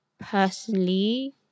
personally